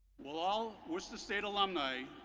will all worcester state alumni,